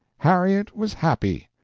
harriet was happy.